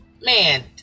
Man